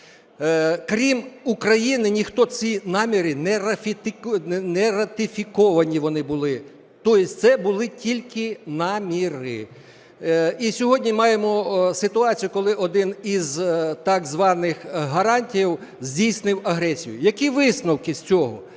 Крім України, ніхто ці наміри… не ратифіковані вони були, тобто це були тільки наміри. І сьогодні маємо ситуацію, коли один із так званих гарантів здійснив агресію. Які висновки з цього?